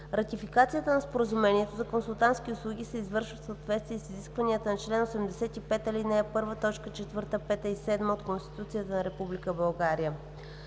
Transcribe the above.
Ратификацията на Споразумението за консултантски услуги се извършва в съответствие с изискванията на чл. 85, ал. 1, т. 4, 5, и 7 от Конституцията на